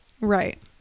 Right